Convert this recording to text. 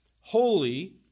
holy